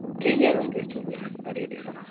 ᱴᱷᱤᱠᱜᱮᱭᱟ ᱜᱚᱢᱠᱮ ᱴᱷᱤᱠᱜᱮᱭᱟ ᱟᱹᱰᱤ ᱟᱹᱰᱤ ᱥᱟᱨᱦᱟᱣ